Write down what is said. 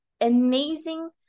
amazing